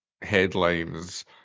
headlines